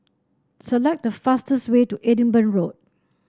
select the fastest way to Edinburgh Road